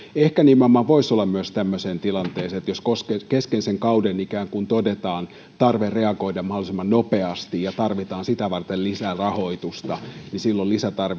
ehkä voisi sopia myös tämmöiseen tilanteeseen että jos kesken kauden ikään kuin todetaan tarve reagoida mahdollisimman nopeasti ja tarvitaan sitä varten lisää rahoitusta niin silloin